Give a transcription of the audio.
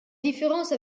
différence